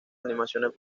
animaciones